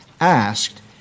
asked